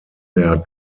their